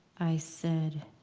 i said.